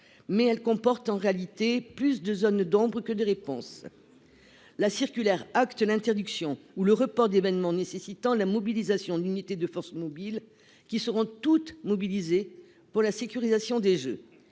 mais elle comporte en réalité plus de zones d'ombre que de réponses. Elle acte l'interdiction ou le report d'événements nécessitant la mobilisation d'unités de force mobile, qui seront toutes mobilisées pour la sécurisation des Jeux.